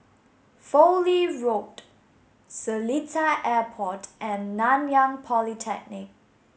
Fowlie Road Seletar Airport and Nanyang Polytechnic